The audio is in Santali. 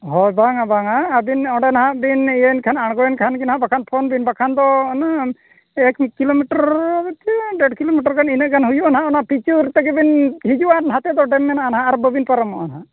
ᱦᱳᱭ ᱵᱟᱝᱟ ᱵᱟᱝᱟ ᱟᱵᱤᱱ ᱚᱸᱰᱮ ᱱᱟᱦᱟᱜ ᱵᱤᱱ ᱤᱭᱟᱹᱭᱮᱱ ᱠᱷᱟᱱ ᱟᱬᱜᱚᱭᱮᱱ ᱠᱷᱟᱱ ᱜᱮᱱᱟᱦᱟᱜ ᱵᱟᱠᱷᱟᱱ ᱯᱷᱳᱱ ᱵᱤᱱ ᱵᱟᱠᱷᱟᱱ ᱫᱚ ᱚᱱᱟ ᱮᱠ ᱠᱤᱞᱳᱢᱤᱴᱟᱨ ᱤᱱᱠᱟᱹ ᱰᱮᱹᱲ ᱠᱤᱞᱳᱢᱤᱴᱟᱨ ᱜᱟᱱ ᱤᱱᱟᱹᱜ ᱜᱟᱱ ᱦᱩᱭᱩᱜᱼᱟ ᱱᱟᱦᱟᱜ ᱚᱱᱟ ᱯᱤᱪᱚ ᱦᱚᱨ ᱛᱮᱜᱮᱵᱤᱱ ᱦᱤᱡᱩᱜᱼᱟ ᱱᱟᱛᱮ ᱫᱚ ᱰᱮᱢ ᱢᱮᱱᱟᱜᱼᱟ ᱱᱟᱦᱟᱜ ᱟᱨ ᱵᱟᱵᱤᱱ ᱯᱟᱨᱚᱢᱚᱜᱼᱟ ᱱᱟᱦᱟᱜ